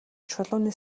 чулууны